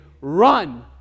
run